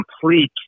complete